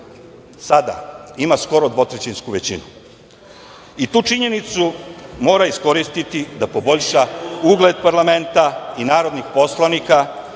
sada ima skoro dvotrećinsku većinu i tu činjenicu mora iskoristiti da poboljša ugled Parlamenta i narodnih poslanika